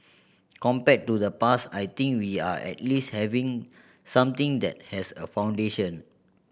compared to the past I think we are at least having something that has a foundation